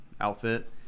outfit